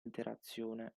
interazione